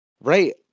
Right